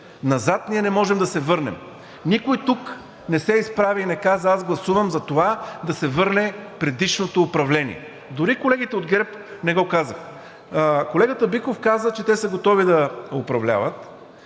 Назад ние не можем да се върнем. Никой тук не се изправи и не каза: аз гласувам за това да се върне предишното управление, дори колегите от ГЕРБ не го казаха. Колегата Биков каза, че те са готови да управляват,